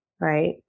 right